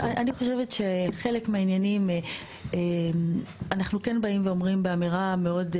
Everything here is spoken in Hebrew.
אני חושבת שחלק מהעניינים אנחנו כן באים ואומרים באמירה מאוד,